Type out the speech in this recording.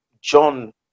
john